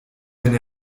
wenn